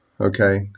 okay